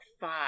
five